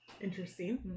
Interesting